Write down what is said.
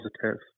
positive